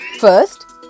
First